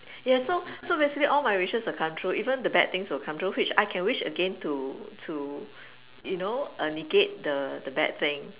yes so so basically all my wishes will come true even the bad things will come true which I can wish again to to you know negate the the bad things